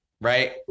right